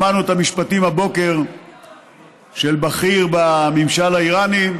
שמענו את המשפטים הבוקר של בכיר בממשל האיראני,